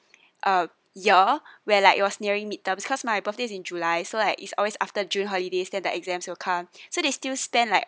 uh year where like it was nearing mid terms cause my birthday in july so like it's always after june holidays then the exams will come so they still spend like